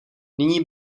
nyní